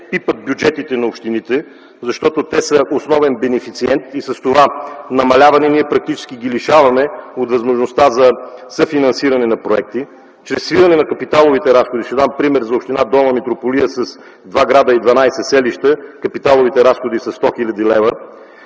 пипат бюджетите на общините, защото те са основен бенефициент и с това намаляване практически ги лишаваме от възможността за съфинансиране на проекти чрез свиване на капиталовите разходи? Ще дам пример за община Долна Митрополия с 2 града и 12 селища – капиталовите разходи са 100 хил. лв.